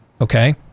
okay